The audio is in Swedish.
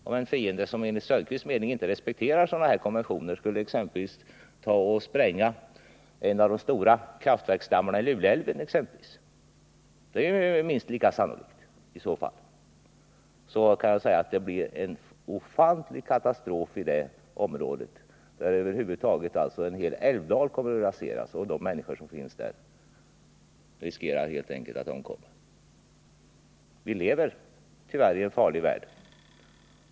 Om en fiende, som Oswald Söderqvist tror, inte respekterar en sådan här konvention utan spränger en av de stora kraftverksdammarna i exempelvis Luleälven — det är ju i så fall minst lika sannolikt — blir det en ofantlig katastrof i det området. En hel älvdal kommer då att raseras, och de människor som finns där riskerar att omkomma. Vi lever tyvärr i en farlig värld.